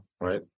right